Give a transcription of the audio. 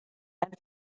and